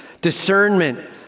discernment